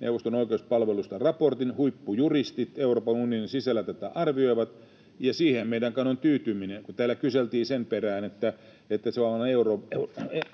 neuvoston oikeuspalvelusta raportin, huippujuristit Euroopan unionin sisällä tätä arvioivat, ja siihen meidän kai on tyytyminen. Kun täällä kyseltiin sen perään, että